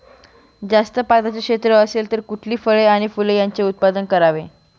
जास्त पात्याचं क्षेत्र असेल तर कुठली फळे आणि फूले यांचे उत्पादन करावे?